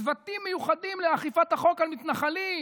צוותים מיוחדים לאכיפת החוק על מתנחלים.